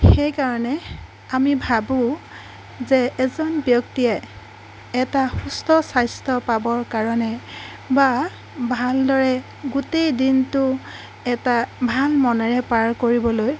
সেইকাৰণে আমি ভাবো যে এজন ব্যক্তিয়ে এটা সুস্থ স্বাস্থ্য পাবৰ কাৰণে বা ভালদৰে গোটেই দিনটো এটা ভাল মনেৰে পাৰ কৰিবলৈ